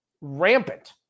rampant